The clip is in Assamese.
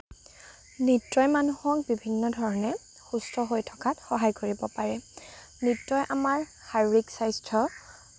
নৃত্যই মানুহক বিভিন্ন ধৰণে সুস্থ হৈ থকাত সহায় কৰিব পাৰে নৃত্যই আমাক শাৰীৰিক স্বাস্থ্য